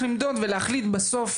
איך למדוד ולהחליט בסוף,